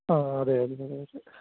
ആ അതേ